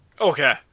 Okay